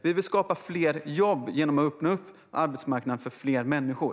Vi vill skapa fler jobb genom att öppna upp arbetsmarknaden för fler människor.